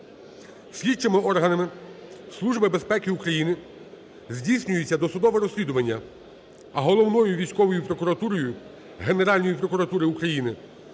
Слідчими органами Служби безпеки України здійснюється досудове розслідування, а Головною військовою прокуратурою Генеральної прокуратури України